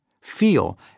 feel